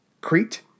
Crete